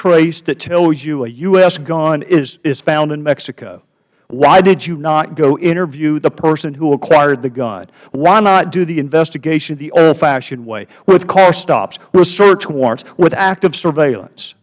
trace that tells you a u s gun is found in mexico why did you not go interview the person who acquired the gun why not do the investigation the oldfashioned way with car stops with search warrants with active surveillance